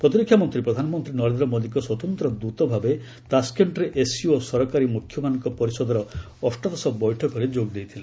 ପ୍ରତିରକ୍ଷା ମନ୍ତ୍ରୀ ପ୍ରଧାନମନ୍ତ୍ରୀ ନରେନ୍ଦ୍ର ମୋଦିଙ୍କ ସ୍ୱତନ୍ତ୍ର ଦୂତ ଭାବେ ତାସ୍କେଷ୍ଟ୍ରେ ଏସ୍ସିଓ ସରକାରୀ ମୁଖ୍ୟମାନଙ୍କ ପରିଷଦର ଅଷ୍ଟାଦଶ ବୈଠକରେ ଯୋଗ ଦେଇଥିଲେ